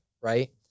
Right